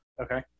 Okay